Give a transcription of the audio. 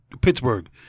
Pittsburgh